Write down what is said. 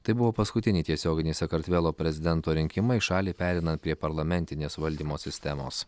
tai buvo paskutiniai tiesioginiai sakartvelo prezidento rinkimai šaliai pereinant prie parlamentinės valdymo sistemos